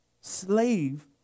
Slave